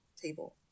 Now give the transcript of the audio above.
table